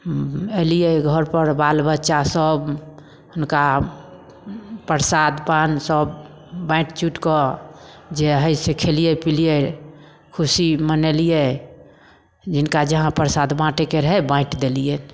अयलियै घर पर बाल बच्चा सब हुनका प्रसाद पान सब बाँटि चुटि कऽ जे है से खेलियै पिलियै खुशी मनेलियै जिनका जहाँ प्रसाद बाटैके रहै बाँटि देलियै